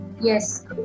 yes